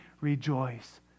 rejoice